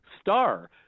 star